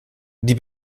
die